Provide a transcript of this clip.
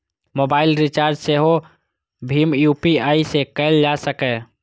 mobile recharge सेहो भीम UPI सं कैल जा सकैए